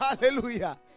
Hallelujah